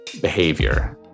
behavior